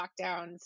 lockdowns